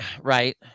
Right